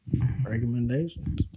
Recommendations